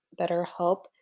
BetterHelp